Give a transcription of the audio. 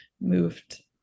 moved